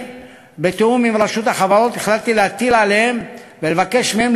בתיאום עם רשות החברות החלטתי להטיל עליהם ולבקש מהם